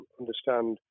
understand